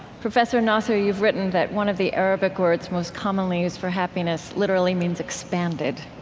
professor nasr, you've written that one of the arabic words most commonly used for happiness literally means expanded.